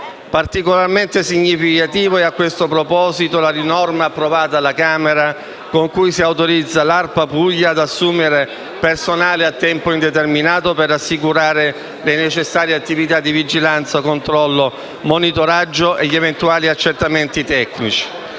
Particolarmente significativa, a questo proposito, è la norma approvata alla Camera con cui si autorizza l'ARPA Puglia ad assumere personale a tempo indeterminato per assicurare le necessarie attività di vigilanza, controllo e monitoraggio e gli eventuali accertamenti tecnici